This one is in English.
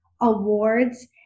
awards